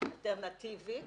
אלטרנטיבית